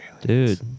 Dude